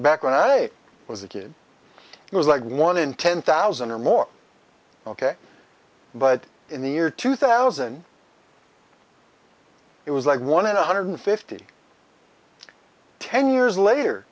back when i was a kid it was like one in ten thousand or more ok but in the year two thousand it was like one in one hundred fifty ten years later